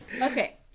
Okay